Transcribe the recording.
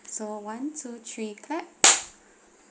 so one two three clap